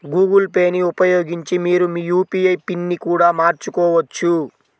Google Pay ని ఉపయోగించి మీరు మీ యూ.పీ.ఐ పిన్ని కూడా మార్చుకోవచ్చు